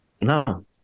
No